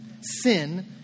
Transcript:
Sin